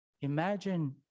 Imagine